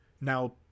now